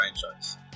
franchise